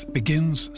begins